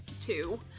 Two